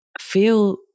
feel